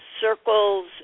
circles